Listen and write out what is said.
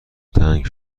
تنگ